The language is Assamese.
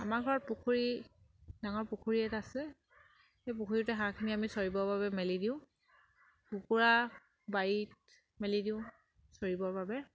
আমাৰ ঘৰত পুখুৰী ডাঙৰ পুখুৰী এটা আছে সেই পুখুৰীতে হাঁহখিনি আমি চৰিবৰ বাবে মেলি দিওঁ কুকুৰা বাৰীত মেলি দিওঁ চৰিবৰ বাবে